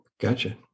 Gotcha